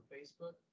Facebook